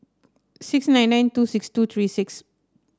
six nine nine two six two three six